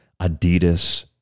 Adidas